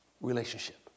relationship